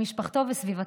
למשפחתו וסביבתו.